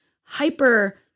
hyper